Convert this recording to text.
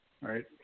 right